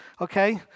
Okay